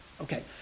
Okay